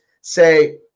say